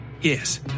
Yes